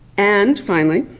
and, finally,